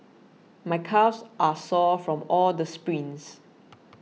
my calves are sore from all the sprints